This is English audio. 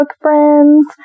friends